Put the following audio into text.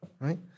right